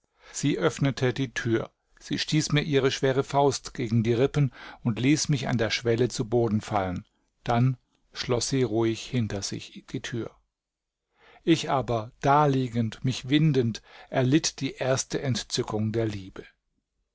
sie öffnete die tür sie stieß mir ihre schwere faust gegen die rippen und ließ mich an der schwelle zu boden fallen dann schloß sie ruhig hinter sich die tür ich aber daliegend mich windend erlitt die erste entzückung der liebe